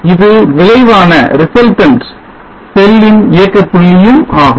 இது விளைவான செல்லின் இயக்கப் புள்ளியும் ஆகும்